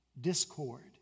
discord